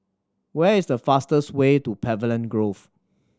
where is the fastest way to Pavilion Grove